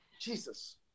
Jesus